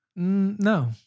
No